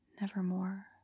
nevermore